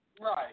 Right